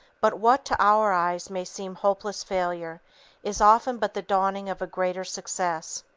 but what, to our eyes, may seem hopeless failure is often but the dawning of a greater success.